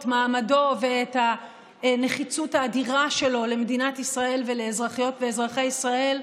את מעמדו ואת הנחיצות האדירה שלו למדינת ישראל ולאזרחיות ולאזרחי ישראל,